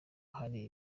hari